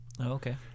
Okay